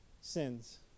sins